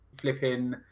flipping